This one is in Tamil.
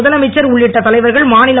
முதலமைச்சர் உள்ளிட்ட தலைவர்கள் மாநில